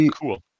cool